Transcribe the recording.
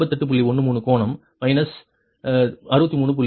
13 கோணம் மைனஸ் 63